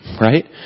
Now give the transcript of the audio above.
right